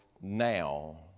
now